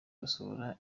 gusohora